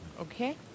Okay